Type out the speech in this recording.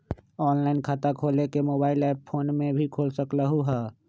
Online खाता खोले के मोबाइल ऐप फोन में भी खोल सकलहु ह?